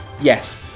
Yes